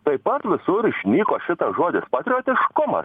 taip pat visur išnyko šitas žodis patriotiškumas